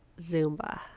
zumba